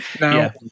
Now